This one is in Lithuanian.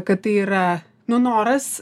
kad tai yra nu noras